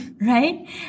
right